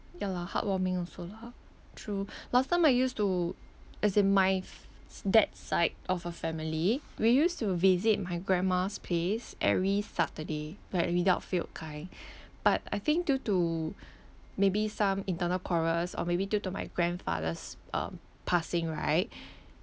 ya lah heart warming also lah true last time I used to as in my f~ dad's side of a family we used to visit my grandma's place every saturday like without failed kind but I think due to maybe some internal quarrels or maybe due to my grandfather's uh passing right